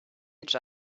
each